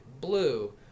blue